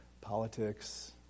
politics